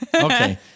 Okay